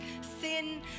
sin